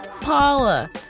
Paula